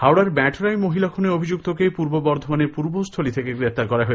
হাওড়ার ব্যাঁটরায় মহিলা খুনে অভিযুক্তকে পূর্ব বর্ধমানের পূর্বস্থলী থেকে গ্রেপ্তার করা হয়েছে